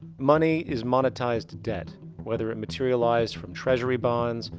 money is monetized debt whether it materialized from treasury bonds,